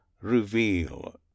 reveal